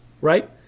right